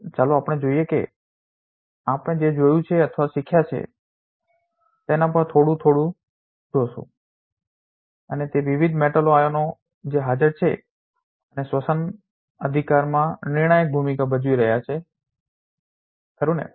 તેથી ચાલો આપણે જોઈએ કે આપણે જે જોયું છે અથવા શીખ્યા છે તેના પર થોડું થોડું જોયું છે અને તે વિવિધ મેટલ આયનો જે હાજર છે અને શ્વસન અધિકારમાં નિર્ણાયક ભૂમિકા ભજવી રહ્યા છે ખરું ને